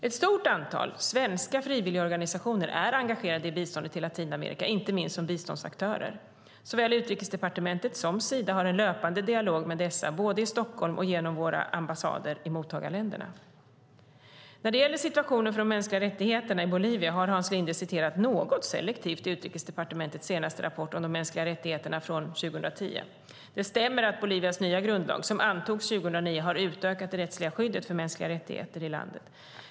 Ett stort antal svenska frivilligorganisationer är engagerade i biståndet till Latinamerika, inte minst som biståndsaktörer. Såväl Utrikesdepartementet som Sida har en löpande dialog med dessa, både i Stockholm och genom våra ambassader i mottagarländerna. När det gäller situationen för de mänskliga rättigheterna i Bolivia har Hans Linde citerat något selektivt i Utrikesdepartementets senaste rapport från 2010 om de mänskliga rättigheterna. Det stämmer att Bolivias nya grundlag, som antogs 2009, har utökat det rättsliga skyddet för mänskliga rättigheter i landet.